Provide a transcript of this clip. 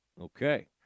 Okay